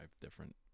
different